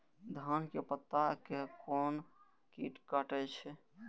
धान के पत्ता के कोन कीट कटे छे?